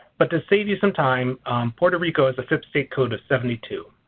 but to save you some time puerto rico has a fips state code of seventy two.